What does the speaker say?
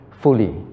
fully